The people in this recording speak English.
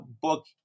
book